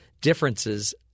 Differences